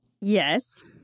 Yes